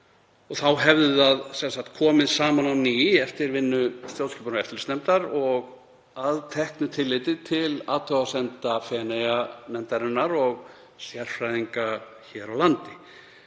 Þá hefði það komið saman á ný eftir vinnu stjórnskipunar- og eftirlitsnefndar og að teknu tilliti til athugasemda Feneyjanefndarinnar og sérfræðinga hér á landi.